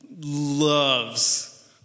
loves